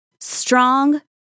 strong